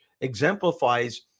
exemplifies